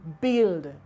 build